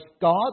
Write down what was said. God